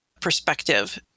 perspective